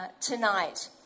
tonight